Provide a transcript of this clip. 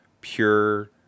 pure